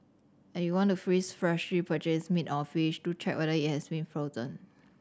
and if you want to freeze freshly purchased meat or fish do check whether it has been frozen